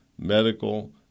medical